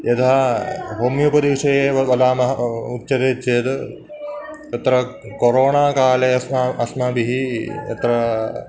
यथा होमियोपदि विषये एव वदामः उच्यते चेद् तत्र कोरोणा काले अस्माभिः अस्माभिः तत्र